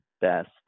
best